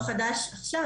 עכשיו,